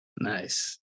Nice